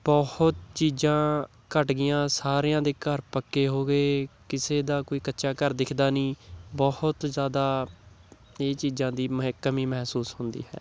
ਬਹੁਤ ਚੀਜ਼ਾਂ ਘੱਟ ਗਈਆਂ ਸਾਰਿਆਂ ਦੇ ਘਰ ਪੱਕੇ ਹੋ ਗਏ ਕਿਸੇ ਦਾ ਕੋਈ ਕੱਚਾ ਘਰ ਦਿਖਦਾ ਨਹੀਂ ਬਹੁਤ ਜ਼ਿਆਦਾ ਇਹ ਚੀਜ਼ਾਂ ਦੀ ਕਮੀ ਮਹਿਸੂਸ ਹੁੰਦੀ ਹੈ